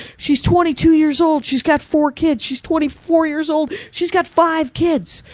she's twenty two years old, she's got four kids. she's twenty four years old she's got five kids.